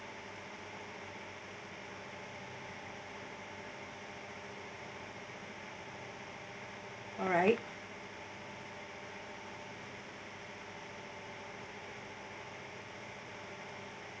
alright